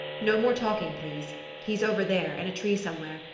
no more talking, please he's over there, in a tree somewhere,